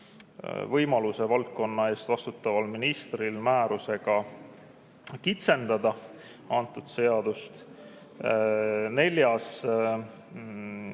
võimaluse valdkonna eest vastutaval ministril määrusega kitsendada antud seadust. Neljas